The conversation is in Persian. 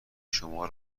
شما